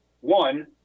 one